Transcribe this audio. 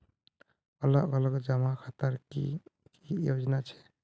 अलग अलग जमा खातार की की योजना छे?